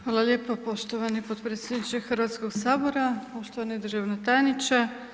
Hvala lijepo poštovani potpredsjedniče Hrvatskog sabora, poštovani državni tajniče.